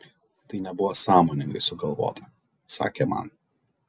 tai nebuvo sąmoningai sugalvota sakė man